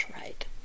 right